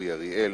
אורי אריאל,